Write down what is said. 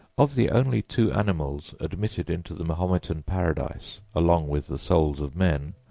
of the only two animals admitted into the mahometan paradise along with the souls of men,